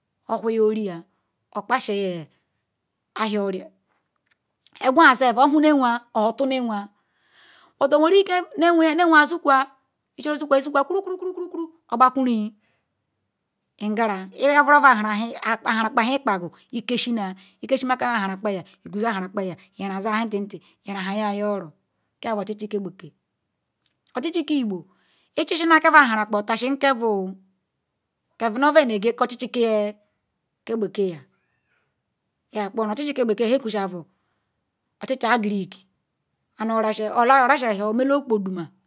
Owuhia oriya okpasa ohia oria, eqwaseetvohunyewea oyotubnye-wea butcoerike nyebwea sokua Ichoru osukua Osukua kuro-kuro-kuro ogbakurine iyekarua overu-nuve ahurahi akpahara-akpahi IkpagubIkesina, Ikesimakana Rakpayam Iguzo rakpayam Irazo nha titi Irahahia oro kabu ochichi ke-gbekee. Ochichi ke-igbo Ichisina kebu rakpa otasi keveoo keve nu ovavnega nu ochichi kia ke gbekeeyam yepkonu. Ochichi ke-gbekee nha akusui bu ochichi Agregic and Orasi orasa ewhi omene okpoduma.